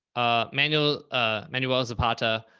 ah manuel ah manuel zapatta.